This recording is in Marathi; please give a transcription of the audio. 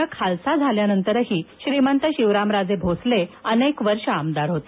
संस्थानं खालसा झाल्यानंतरही श्रीमंत शिवरामराजे भोसले अनेक वर्षं आमदार होते